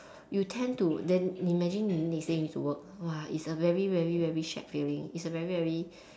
you tend to then imagine you next day need to work !wah! it's a very very very shagged feeling it's a very very